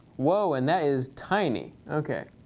whoa, and that is tiny! ok.